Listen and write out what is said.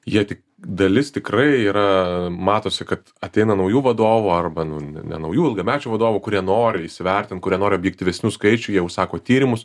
jie tik dalis tikrai yra matosi kad ateina naujų vadovų arba ne naujų ilgamečių vadovų kurie nori įsivertint kurie nori objektyvesnių skaičių jie užsako tyrimus